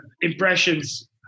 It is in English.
impressions